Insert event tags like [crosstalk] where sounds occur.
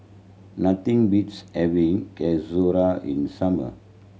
nothing beats having [unintelligible] in summer